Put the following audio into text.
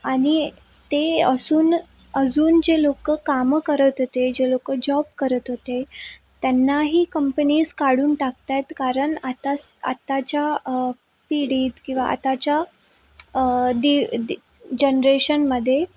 आणि ते असून अजून जे लोक कामं करत होते जे लोक जॉब करत होते त्यांनाही कंपनीस काढून टाकत आहेत कारण आतास आताच्या पिढीत किंवा आताच्या दिव दी जनरेशनमध्ये